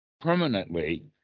Permanently